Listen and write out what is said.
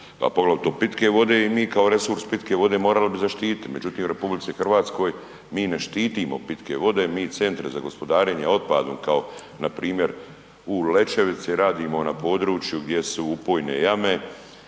a poglavito pitke vode i mi kao resurs pitke vode morali bi zaštiti, međutim u RH mi ne štitimo pitke vode, mi centre za gospodarenje otpadom kao npr. u Lećevici radimo na području gdje su upojne jame,